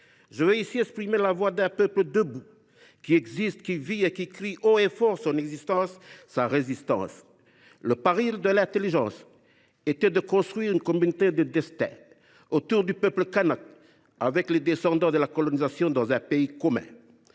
Je veux exprimer la voix d’un peuple debout, qui existe, qui vit et qui crie haut et fort son existence, sa résistance. Le pari de l’intelligence était de construire une communauté de destin, autour du peuple kanak, avec les descendants de la colonisation dans un pays commun.